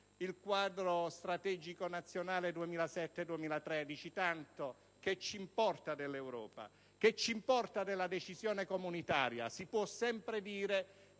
il Quadro strategico nazionale 2007-2013. Ma tanto che cosa ci importa dell'Europa e della decisione comunitaria! Si può sempre dire